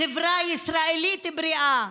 חברה ישראלית בריאה,